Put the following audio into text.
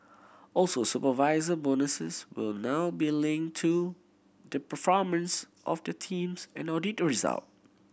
also supervisor bonuses will now be linked to the performance of the teams and audit result